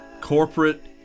corporate